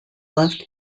left